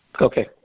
Okay